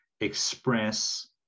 express